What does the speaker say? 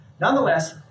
Nonetheless